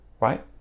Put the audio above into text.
right